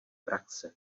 praxe